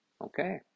Okay